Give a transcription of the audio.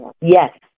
Yes